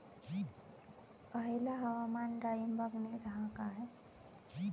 हयला हवामान डाळींबाक नीट हा काय?